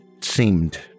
seemed